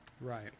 right